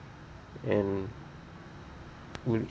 and would